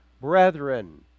brethren